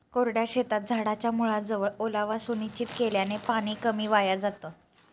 कोरड्या शेतात झाडाच्या मुळाजवळ ओलावा सुनिश्चित केल्याने पाणी कमी वाया जातं